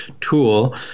tool